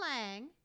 Lang